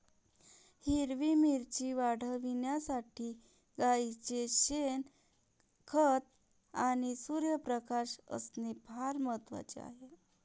हिरवी मिरची वाढविण्यासाठी गाईचे शेण, खत आणि सूर्यप्रकाश असणे फार महत्वाचे आहे